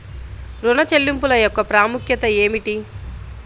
ఋణ చెల్లింపుల యొక్క ప్రాముఖ్యత ఏమిటీ?